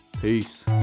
Peace